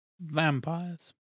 Vampires